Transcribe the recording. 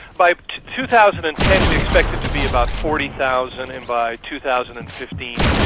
by two thousand and ten we expect it to be about forty thousand and by two thousand and fifteen,